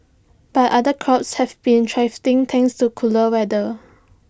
finance was not A factor